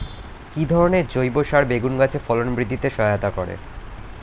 কি ধরনের জৈব সার বেগুন গাছে ফলন বৃদ্ধিতে সহায়তা করে?